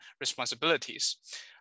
responsibilities